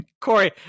Corey